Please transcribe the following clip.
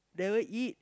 never eat